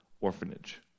orphanage